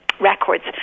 records